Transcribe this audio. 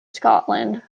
scotland